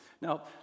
Now